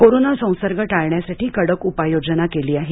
corona संसर्ग टाळण्यासाठी कडक उपाययोजना केली आहे